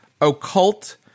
occult